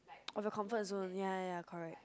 the comfort zone ya ya ya correct